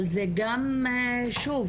אבל זה גם שוב,